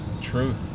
Truth